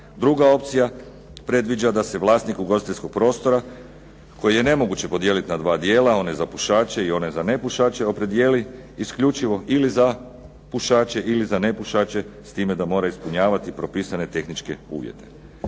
Druga opcija predviđa da se vlasniku ugostiteljskog prostora koji je nemoguće podijeliti na dva dijela one za pušače i one za nepušače opredijeli isključivo ili za pušače ili za nepušače s time da mora ispunjavati propisane tehničke uvjete.